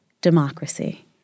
democracy